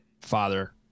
Father